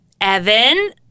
Evan